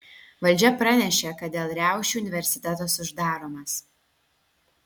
valdžia pranešė kad dėl riaušių universitetas uždaromas